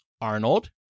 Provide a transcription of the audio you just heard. Arnold